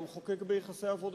של המחוקק ביחסי עבודה,